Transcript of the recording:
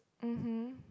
mmhmm